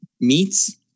meats